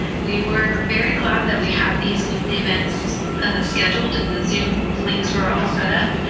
we were very glad that we have these weekly events scheduled, and the zoom links were all set up.